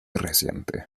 reciente